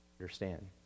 understand